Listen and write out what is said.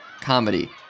comedy